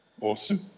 Awesome